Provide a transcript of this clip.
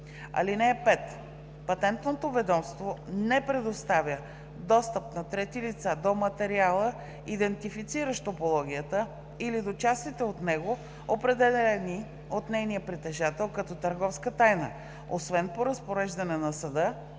(5) Патентното ведомство не предоставя достъп на трети лица до материала, идентифициращ топологията, или до частите от него, определени от нейния притежател като търговска тайна, освен по разпореждане на съда,